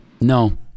No